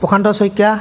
Prashanta Saikia